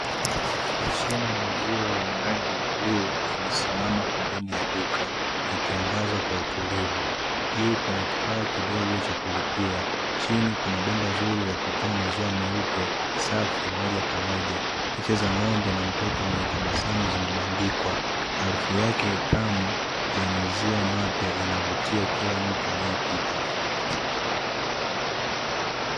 Mashine ya maziwa yenye rangi ya bluu imesimama pembeni ya duka, ikiangaza kwa utulivu, juu kuna kifaa kidogo cha kulipia, chini kuna bomba zuri la kutoa maziwa meupe, safi moja kwa moja, picha za ng'ombe na mtoto mwenye tabasamu zimebandikwa, harufu yake tamu ya maziwa mapya inavutia kila mtu anayepita.